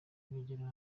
urugero